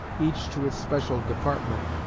each to its special department,